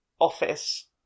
office